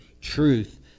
truth